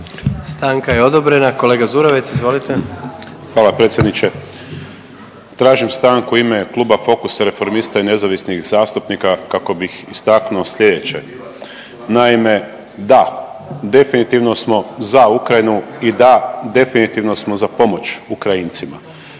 Stanka je odobrena. Kolega Zurovec izvolite. **Zurovec, Dario (Fokus)** Hvala predsjedniče. Tražim stanku u ime Kluba Fokus, Reformista i nezavisnih zastupnika kako bih istaknuo slijedeće. Naime da, definitivno smo za Ukrajinu i da definitivno smo za pomoć Ukrajincima.